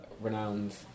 renowned